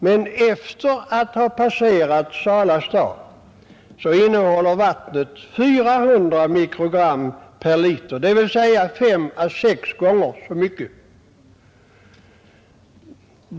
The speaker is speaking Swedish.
Men efter att ha passerat Sala stad innehåller vattnet 400 mikrogram per liter vatten, dvs. 5 å 6 gånger så mycket.